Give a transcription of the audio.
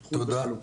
התחום וחלוקה.